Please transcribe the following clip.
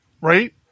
Right